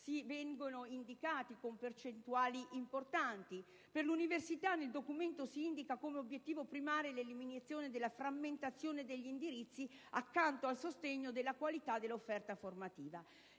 vengono indicati con percentuali importanti. Per l'università, nel documento si indica come «obiettivo primario» l'eliminazione della frammentazione degli indirizzi, accanto al sostegno della qualità dell'offerta formativa.